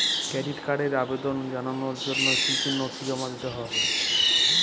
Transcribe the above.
Credit কার্ডের আবেদন জানানোর জন্য কী কী নথি জমা দিতে হবে?